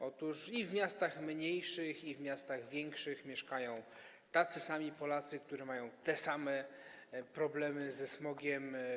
Otóż i w miastach mniejszych, i w miastach większych mieszkają tacy sami Polacy, którzy mają te same problemy ze smogiem.